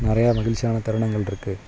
நிறைய மகிழ்ச்சியான தருணங்கள் இருக்குது